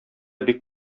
бик